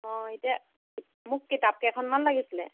অ এতিয়া মোক কিতাপ কেইখনমান লাগিছিলে